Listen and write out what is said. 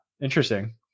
interesting